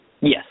Yes